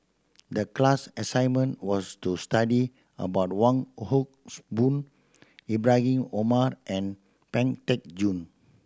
the class assignment was to study about Wong Hocks Boon Ibrahim Omar and Pang Teck Joon